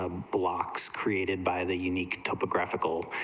ah blocks created by the unique topographical,